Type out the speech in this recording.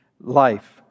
life